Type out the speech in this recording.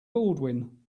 baldwin